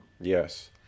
Yes